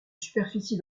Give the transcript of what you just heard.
superficie